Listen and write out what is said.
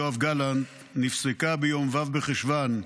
של שר הביטחון יואב גלנט בממשלה נפסקה ביום ו' בחשוון התשפ"ה,